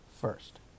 first